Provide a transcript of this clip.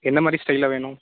என்ன மாதிரி ஸ்டையலாக வேணும்